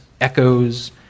echoes